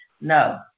No